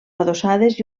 adossades